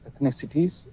ethnicities